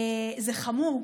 זה חמור.